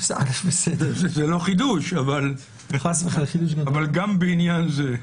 זה לא חידוש, אבל גם בעניין זה.